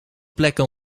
plekken